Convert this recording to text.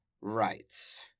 rights